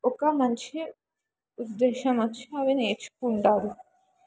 ఒక మంచి ఉద్దేశం వచ్చి అవి నేర్చుకుంటారు